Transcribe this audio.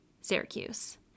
Syracuse